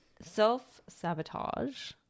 self-sabotage